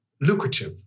lucrative